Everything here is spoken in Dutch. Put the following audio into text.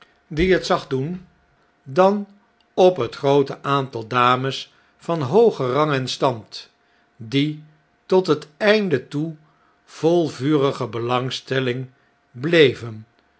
die het zag doen dan op het groote aantal dames van hoogen rang en stand die tot het einde toe vol vurige belangstelling bleven